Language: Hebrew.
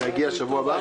זה יגיע בשבוע הבא?